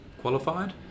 qualified